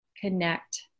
connect